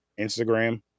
Instagram